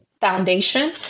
foundation